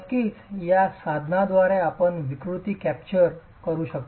नक्कीच या साधनाद्वारे आपण विकृती कॅप्चर करू शकता